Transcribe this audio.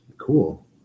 Cool